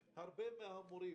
שרבים מן המורים